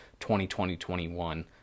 2020-21